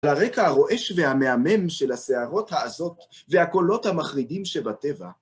והרקע הרועש והמהמם של הסערות העזות והקולות המחרידים שבטבע